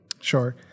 sure